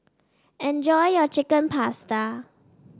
enjoy your Chicken Pasta